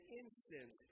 instant